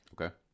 okay